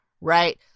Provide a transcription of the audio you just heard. right